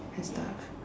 and stuff